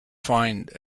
find